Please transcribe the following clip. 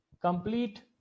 complete